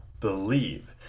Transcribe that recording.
believe